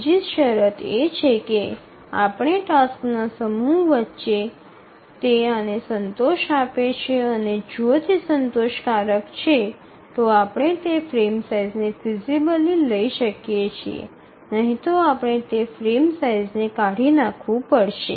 ત્રીજી શરત એ છે કે આપેલ ટાસક્સના સમૂહ વચ્ચે તે આને સંતોષ આપે છે અને જો તે સંતોષકારક છે તો આપણે તે ફ્રેમ સાઇઝને ફિસીબલી લઈ શકીએ છીએ નહીં તો આપણે તે ફ્રેમની સાઇઝ ને કાઢી નાખવું પડશે